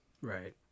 Right